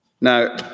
Now